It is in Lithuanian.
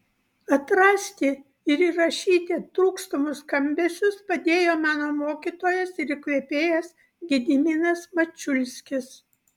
atrasti ir įrašyti trūkstamus skambesius padėjo mano mokytojas ir įkvėpėjas gediminas mačiulskis